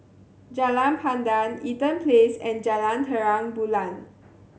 Jalan Pandan Eaton Place and Jalan Terang Bulan